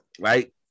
right